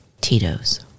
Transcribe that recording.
Tito's